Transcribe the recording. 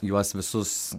juos visus